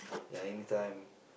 ya anytime